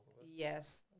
Yes